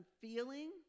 feeling